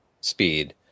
speed